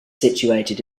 situated